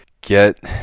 get